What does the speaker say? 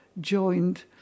joined